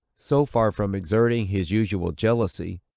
so far from exerting his usual jealousy,